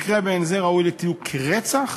מקרה מעין זה ראוי לתיוג כרצח